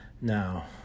Now